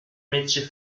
métier